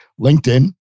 LinkedIn